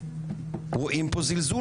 רואים פה זלזול,